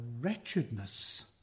wretchedness